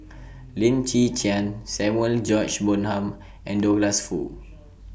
Lim Chwee Chian Samuel George Bonham and Douglas Foo